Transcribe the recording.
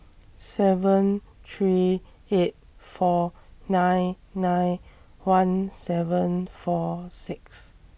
seven three eight four nine nine one seven four six